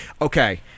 Okay